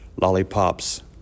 lollipops